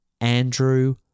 Andrew